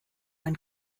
ein